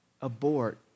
abort